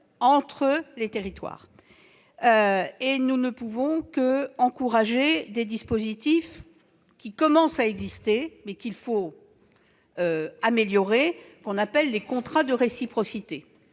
entre les territoires. Nous ne pouvons qu'encourager ces dispositifs qui commencent à exister, mais qu'il faut améliorer, et que l'on appelle les contrats de réciprocité.